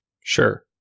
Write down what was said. Sure